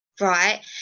right